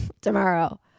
tomorrow